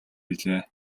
билээ